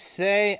say